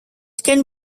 can